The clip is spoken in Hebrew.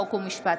חוק ומשפט.